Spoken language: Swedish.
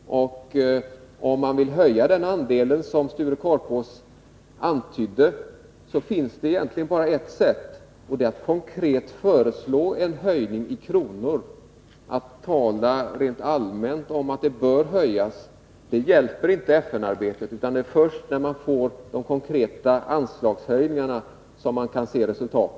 Om man vill höja den andelen, som Sture Korpås antydde, finns det egentligen bara ett sätt att göra detta, och det är att föreslå en konkret höjning i kronor. Att rent allmänt tala om att andelen bör höjas hjälper inte FN-arbetet, utan det är först med konkreta anslagshöjningar som man får resultat.